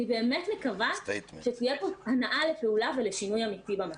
אני באמת מקווה שתהיה פה הנעה לפעולה ולשינוי אמיתי במצב.